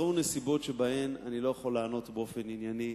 נוצרו נסיבות שבהן אני לא יכול לענות באופן ענייני,